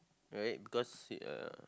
right because ya